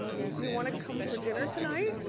do you want to come for dinner tonight?